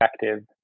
effective